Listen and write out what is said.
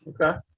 Okay